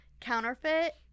counterfeit